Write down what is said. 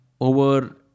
over